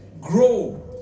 grow